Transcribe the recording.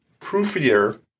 proofier